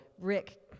Rick